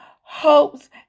hopes